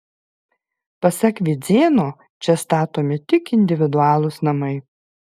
pasak vidzėno čia statomi tik individualūs namai